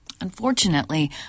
Unfortunately